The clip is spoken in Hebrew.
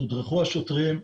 תודרכו השוטרים,